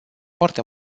foarte